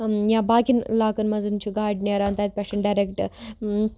یا باقٕیَن علاقَن منٛز چھِ گاڑِ نیران تَتہِ پٮ۪ٹھ ڈایرٮ۪کٹ